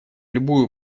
любую